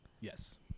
Yes